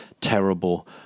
terrible